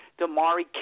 Damari